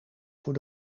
voor